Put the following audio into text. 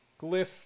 glyph